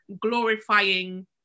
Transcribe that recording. glorifying